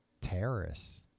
Terrorists